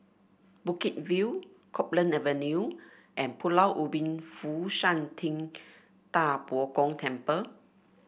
Bukit View Copeland Avenue and Pulau Ubin Fo Shan Ting Da Bo Gong Temple